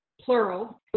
plural